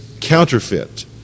counterfeit